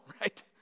right